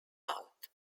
out